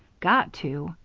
got to!